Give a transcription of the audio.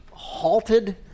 halted